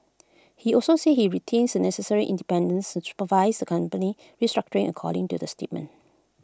he also said he retains the necessary independence to supervise the company's restructuring according to the statement